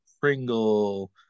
Pringle